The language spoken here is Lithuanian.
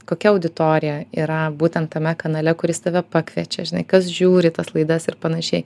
kokia auditorija yra būtent tame kanale kuris tave pakviečia žinai kas žiūri tas laidas ir panašiai